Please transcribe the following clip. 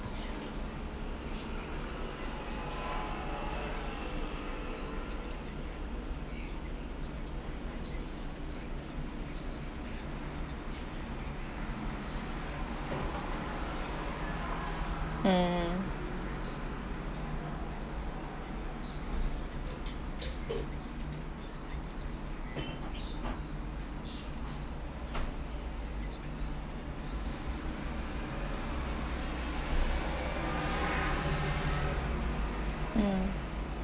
mm mm